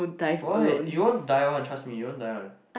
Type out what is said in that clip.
why you won't die one trust me you won't die one